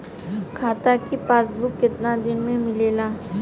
खाता के पासबुक कितना दिन में मिलेला?